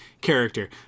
character